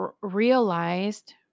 realized